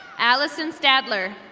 alison statler.